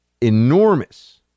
enormous